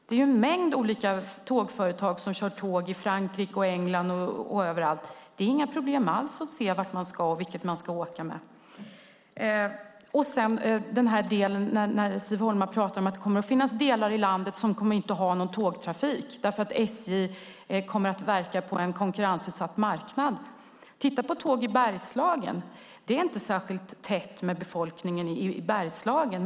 Det är ju en mängd olika tågföretag som kör tåg i Frankrike, England och så vidare. Det är inga problem alls att se vart man ska och vilket tåg man ska åka med. Siv Holma pratar om att det finns delar av landet som inte kommer att ha någon tågtrafik, därför att SJ kommer att verka på en konkurrensutsatt marknad. Titta på Tåg i Bergslagen? Det är inte särskilt tätbefolkat i Bergslagen.